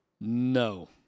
No